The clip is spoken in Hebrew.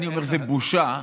אני אומר שזו בושה,